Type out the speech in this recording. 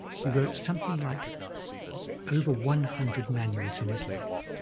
he wrote something like over one hundred manuals in his life,